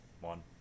One